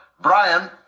Brian